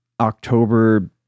october